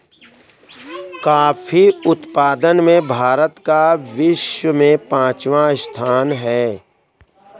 coffee उत्पादन में भारत का विश्व में पांचवा स्थान है